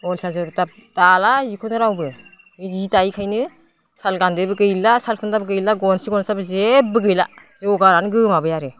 अलसिया जेबो दाला जिखौनो रावबो बे जि दायैखायनो साल दान्दैबो गैला साल खुन्थाबो गैला गनसि गनसाबो जेबबो गैला जगारानो गोमाबाय आरो